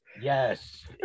yes